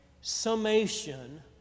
summation